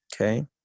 Okay